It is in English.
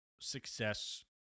success